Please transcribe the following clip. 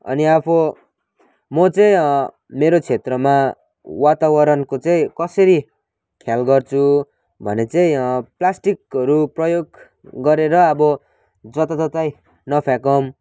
अनि अब म चाहिँ मेरो क्षेत्रमा वातावरणको चाहिँ कसरी ख्याल गर्छु भने चाहिँ प्लास्टिकहरू प्रयोग गरेर अब जताततै नफ्याँकौँ